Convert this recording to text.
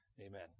Amen